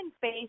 face